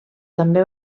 també